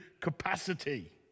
capacity